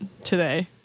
today